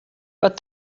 but